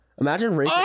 Imagine